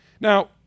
Now